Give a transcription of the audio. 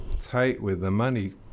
tight-with-the-money